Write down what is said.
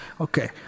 okay